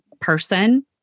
person